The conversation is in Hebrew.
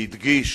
והדגיש